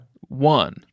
One